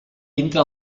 entre